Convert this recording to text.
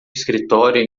escritório